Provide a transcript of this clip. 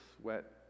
sweat